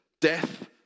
Death